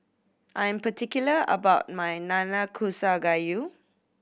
I'm particular about my Nanakusa Gayu